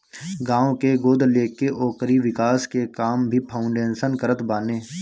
गांव के गोद लेके ओकरी विकास के काम भी फाउंडेशन करत बाने